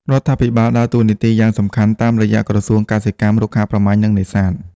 រដ្ឋាភិបាលដើរតួនាទីយ៉ាងសំខាន់តាមរយៈក្រសួងកសិកម្ម រុក្ខាប្រមាញ់ និងនេសាទ។